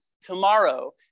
tomorrow